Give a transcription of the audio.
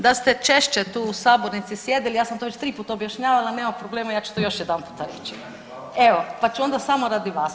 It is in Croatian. Da ste češće tu u sabornici sjedili, ja sam to već triput objašnjavala, nema problema ja ću to još jedan puta reći evo pa ću onda samo radi vas.